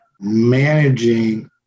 managing